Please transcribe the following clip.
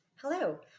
Hello